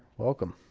welcome